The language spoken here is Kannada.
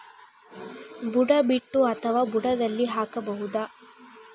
ಬುಡ ಬಿಟ್ಟು ಅಥವಾ ಬುಡದಲ್ಲಿ ಹಾಕಬಹುದಾ?